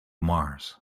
mars